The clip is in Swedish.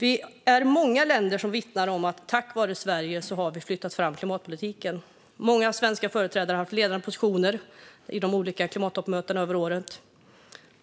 Det är många länder som vittnar om att de tack vare Sverige har flyttat fram klimatpolitiken. Många svenska företrädare har haft ledande positioner på de olika klimattoppmötena under åren.